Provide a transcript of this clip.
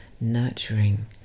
nurturing